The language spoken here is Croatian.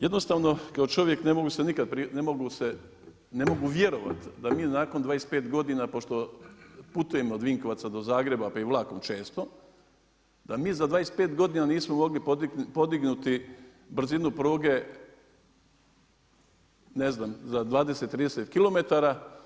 Jednostavno kao čovjek ne mogu vjerovati da mi nakon 25 godina, pošto putujem od Vinkovaca do Zagreba pa i vlakom često, da mi za 25 godina nismo mogli podignuti brzinu pruge ne znam za 20, 30km.